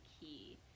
key